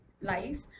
life